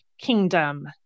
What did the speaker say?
kingdom